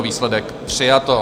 Výsledek: přijato.